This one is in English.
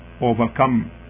overcome